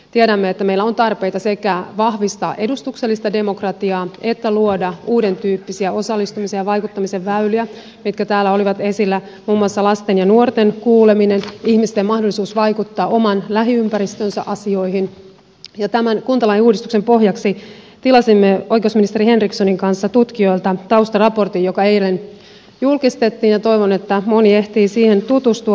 tiedämme että meillä on tarpeita sekä vahvistaa edustuksellista demokratiaa että luoda uudentyyppisiä osallistumisen ja vaikuttamisen väyliä joista täällä olivat esillä muun muassa lasten ja nuorten kuuleminen ihmisten mahdollisuus vaikuttaa oman lähiympäristönsä asioihin ja tämän kuntalain uudistuksen pohjaksi tilasimme oikeusministeri henrikssonin kanssa tutkijoilta taustaraportin joka eilen julkistettiin ja toivon että moni ehtii siihen tutustua